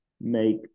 make